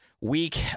week